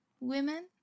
women